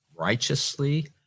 righteously